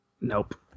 Nope